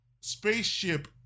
spaceship